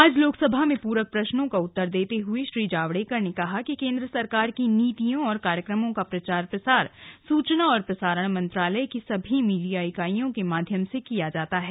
आज लोकसभा में पूरक प्रश्नों का उत्तर देते हुए श्री जावडेकर ने कहा कि केंद्र सरकार की नीतियों और कार्यक्रमों का प्रचार प्रसार सूचना और प्रसारण मंत्रालय के सभी मीडिया इकाइयों के माध्यजम से किया जाता है